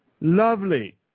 lovely